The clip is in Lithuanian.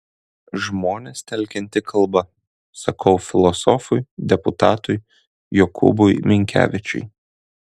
žmones telkianti kalba sakau filosofui deputatui jokūbui minkevičiui